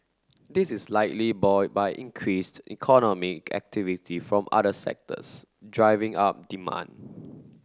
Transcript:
this is likely buoy by increased economic activity from other sectors driving up demand